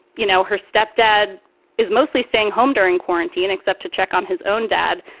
you know, her stepdad is mostly staying home during quarantine except to check on his own dad,